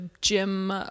gym